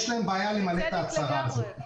יש בעיה למלא את ההצהרה הזאת.